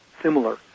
similar